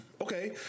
okay